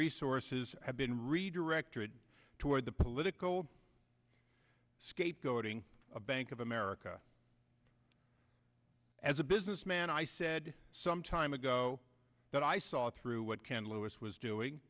resources have been redirected toward the political scapegoating of bank of america as a businessman i said some time ago that i saw through what ken lewis was doing